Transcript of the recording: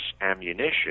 ammunition